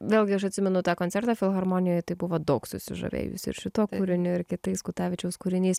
vėlgi aš atsimenu tą koncertą filharmonijoj tai buvo daug susižavėjusi ir šitokiu kūriniu ir kitais kutavičiaus kūriniais